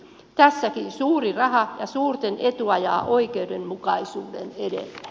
tässäkin suuri raha ja suurten etu ajaa oikeudenmukaisuuden edelle